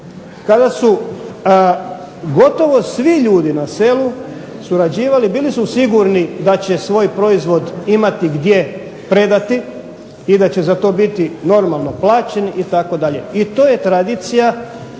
kada su gotovo svi ljudi na selu surađivali, bili su sigurni da će svoj proizvod imati gdje predati i da će za to biti normalno plaćeni itd. I to je tradicija